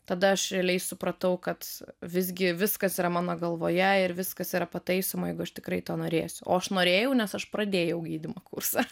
tada aš realiai supratau kad visgi viskas yra mano galvoje ir viskas yra pataisoma jeigu aš tikrai to norėsiu o aš norėjau nes aš pradėjau gydymo kursą